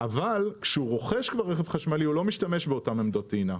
אבל כשהוא רוכש רכב חשמלי הוא לא משתמש באותן עמדות טעינה,